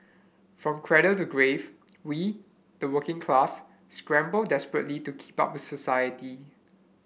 from cradle to grave we the working class scramble desperately to keep up with society